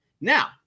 Now